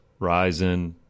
Ryzen